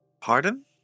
pardon